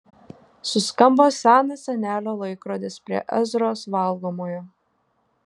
suskambo senas senelio laikrodis prie ezros valgomojo